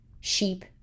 sheep